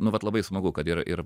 nu vat labai smagu kad ir ir